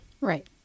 Right